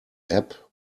ebb